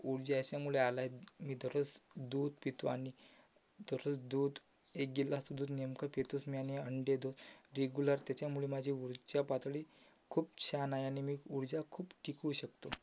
ऊर्जा अशामुळे आला आहे मी दररोज दूध पितो आणि दररोज दूध एक गिलास दूध नेमकं पितोस मी आणि अंडे तर रेगुलर त्याच्यामुळे माझी ऊर्जापातळी खूप छान आहे आणि मी ऊर्जा खूप टिकवू शकतो